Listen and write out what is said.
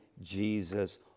Jesus